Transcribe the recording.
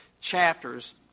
chapters